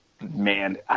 man